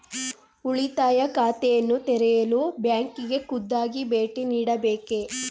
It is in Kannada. ಉಳಿತಾಯ ಖಾತೆಯನ್ನು ತೆರೆಯಲು ಬ್ಯಾಂಕಿಗೆ ಖುದ್ದಾಗಿ ಭೇಟಿ ನೀಡಬೇಕೇ?